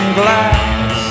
glass